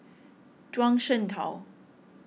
Zhuang Shengtao